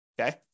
Okay